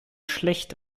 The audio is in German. schlecht